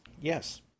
Yes